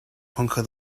conquer